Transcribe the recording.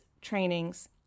trainings